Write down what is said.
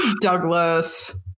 Douglas